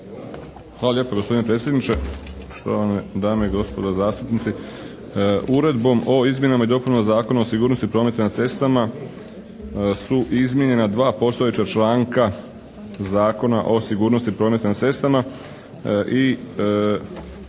Hvala lijepa gospodine predsjedniče, štovane dame i gospodo zastupnici. Uredbom o izmjenama i dopunama Zakona o sigurnosti prometa na cestama su izmijenjena 2 postojeća članka Zakona o sigurnosti prometa na cestama i